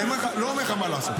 אני לא אומר לך מה לעשות,